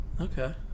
Okay